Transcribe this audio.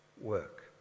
work